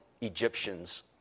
Egyptians